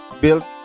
Built